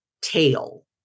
tail